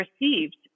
received